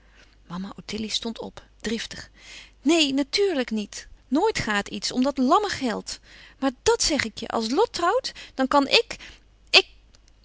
mama ottilie stond op driftig neen natuurlijk niet nooit gaat iets om dat lamme geld maar dàt zeg ik je als lot trouwt dan kan ik